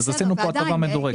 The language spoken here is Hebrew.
עשינו כאן הטבה מדורגת.